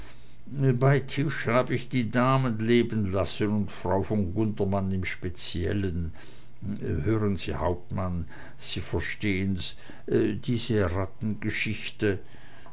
bei tische hab ich die damen leben lassen und frau von gundermann im speziellen hören sie hauptmann sie verstehen's diese